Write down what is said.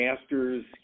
master's